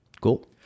Cool